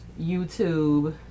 YouTube